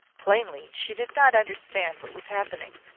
plainly, she did not understand what was happening.